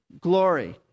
glory